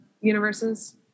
universes